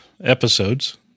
episodes